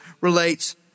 relates